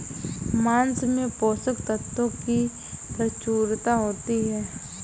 माँस में पोषक तत्त्वों की प्रचूरता होती है